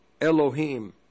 Elohim